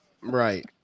Right